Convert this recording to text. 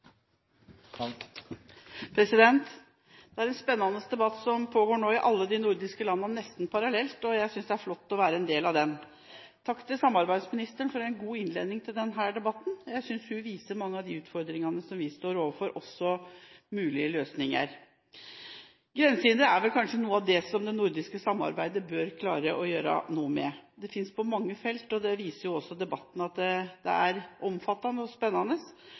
Takk til samarbeidsministeren for en god innledning til denne debatten. Jeg synes hun viser mange av de utfordringene vi står overfor, også mulige løsninger. Grensehinder er vel kanskje noe av det som det nordiske samarbeidet bør klare å gjøre noe med. Det finnes på mange felt. Debatten viser også at det er omfattende og spennende.